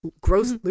gross